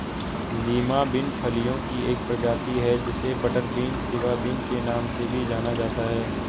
Lima bean फलियों की एक प्रजाति है जिसे बटरबीन, सिवा बिन के नाम से भी जाना जाता है